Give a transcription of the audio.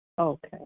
Okay